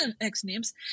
ex-names